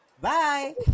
Bye